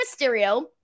Mysterio